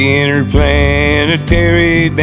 interplanetary